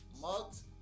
mugs